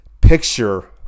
picture